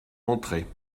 entrait